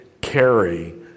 carry